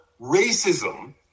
racism